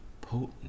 potent